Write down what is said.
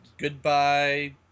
goodbye